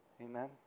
Amen